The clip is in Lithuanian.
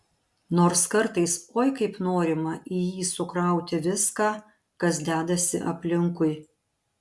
nors kartais oi kaip norima į jį sukrauti viską kas dedasi aplinkui